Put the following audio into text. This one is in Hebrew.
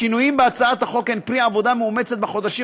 השינויים בהצעת החוק הן פרי עבודה מאומצת בחודשים